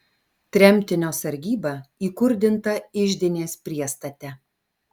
tremtinio sargyba įkurdinta iždinės priestate